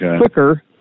quicker